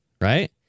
right